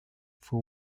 for